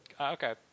Okay